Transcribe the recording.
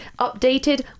updated